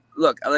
Look